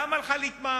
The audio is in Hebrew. למה לך להתמהמה?